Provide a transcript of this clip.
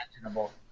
imaginable